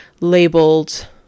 labeled